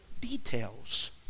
details